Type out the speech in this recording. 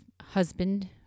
husband